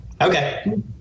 Okay